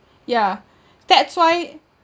yeah that's why